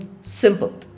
simple